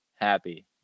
happy